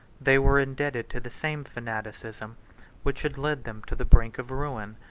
they were indebted to the same fanaticism which had led them to the brink of ruin.